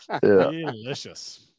Delicious